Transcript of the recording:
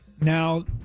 Now